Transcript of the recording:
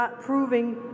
proving